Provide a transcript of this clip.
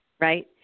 Right